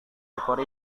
ekor